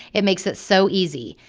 it makes it so easy.